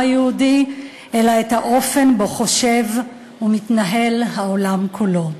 היהודי אלא את האופן שבו חושב ומתנהל העולם כולו.